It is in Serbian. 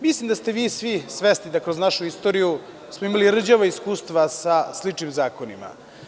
Mislim da ste vi svi svesni da smo kroz našu istoriju imali rđava iskustva sa sličnim zakonima.